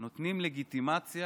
נותנים לגיטימציה